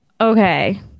Okay